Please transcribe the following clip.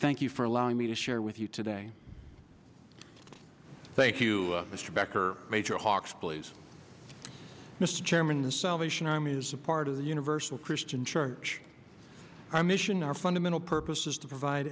thank you for allowing me to share with you today thank you mr becker major hawks please mr chairman the salvation army is a part of the universal christian church our mission our fundamental purpose is to provide